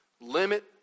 limit